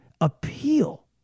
appeal